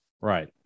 right